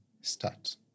start